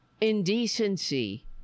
indecency